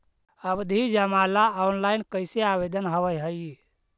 आवधि जमा ला ऑनलाइन कैसे आवेदन हावअ हई